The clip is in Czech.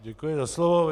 Děkuji za slovo.